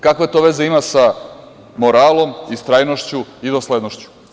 Kakve to veze ima sa moralom, istrajnošću i doslednošću?